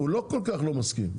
הוא לא כל כך לא מסכים,